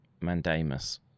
mandamus